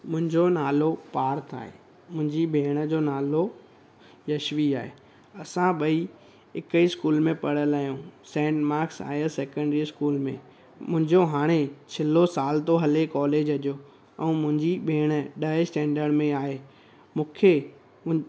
मुंहिंजो नालो पार्थ आहे मुंहिंजी भेण जो नालो यश्वी आहे असां ॿई हिक ई स्कूल में पढ़ियल आहियूं saint Max higher secondary school में मुंहिंजो हाणे छीलो साल थो हले कॉलेज जो ऐं मुंहिंजी भेण ॾह स्टैंडड में आहे मूंखे